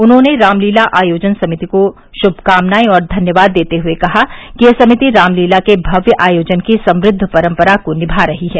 उन्होंने रामलीला आयोजन समिति को शुमकामनाएं और धन्यवाद देते हुए कहा कि यह समिति रामलीला के भव्य आयोजन की समुद्धि परम्परा को निमा रही है